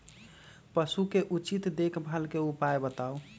पशु के उचित देखभाल के उपाय बताऊ?